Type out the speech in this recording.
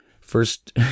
First